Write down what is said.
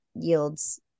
yields